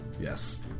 yes